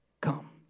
come